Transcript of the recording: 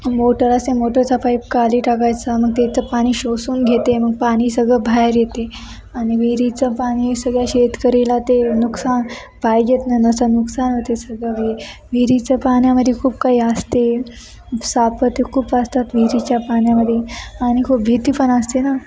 motor असे मोटरचा pipe खाली टाकायचा मग त्याचं पाणी शोषून घेते मग पाणी सगळं बाहेर येते आणि विहिरीचं पाणी सगळ्या शेतकरीला ते नुकसान पाहिजेत ना नसं नुकसान होते सगळं वेळ विहिरीचं पाण्यामध्ये खूप काही असते साप ते खूप असतात विहिरीच्या पाण्यामध्ये आणि खूप भीती पण असते ना